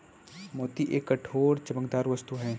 मोती एक कठोर, चमकदार वस्तु है